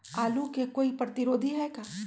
आलू के कोई प्रतिरोधी है का?